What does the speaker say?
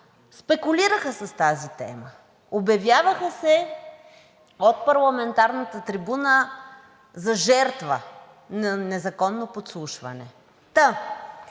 спекулираха с тази тема. Обявяваха се от парламентарната трибуна за жертва на незаконно подслушване.